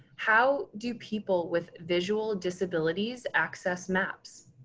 how do people with visual disabilities access maps.